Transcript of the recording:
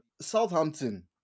Southampton